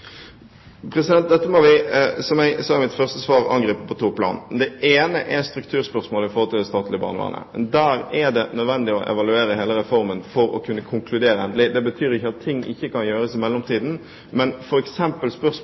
Dette må vi, som jeg sa i mitt første svar, angripe på to plan. Det ene gjelder strukturspørsmålet i det statlige barnevernet. Her er det nødvendig å evaluere hele reformen for å kunne konkludere endelig. Det betyr ikke at ikke noe kan gjøres i